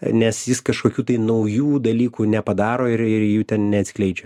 nes jis kažkokių tai naujų dalykų nepadaro ir jų ten neatskleidžia